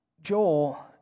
Joel